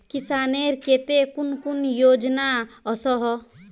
किसानेर केते कुन कुन योजना ओसोहो?